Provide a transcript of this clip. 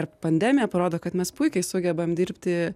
ir pandemija parodo kad mes puikiai sugebam dirbti